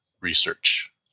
research